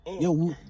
yo